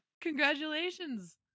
Congratulations